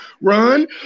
Run